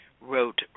wrote